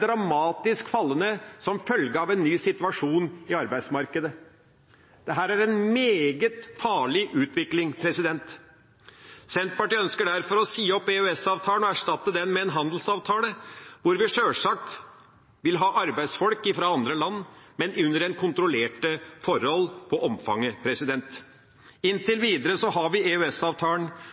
dramatisk fallende som følge av en ny situasjon i arbeidsmarkedet. Dette er en meget farlig utvikling. Senterpartiet ønsker derfor å si opp EØS-avtalen og erstatte den med en handelsavtale, hvor vi sjølsagt vil ha arbeidsfolk fra andre land, men under kontrollerte forhold når det gjelder omfanget. Inntil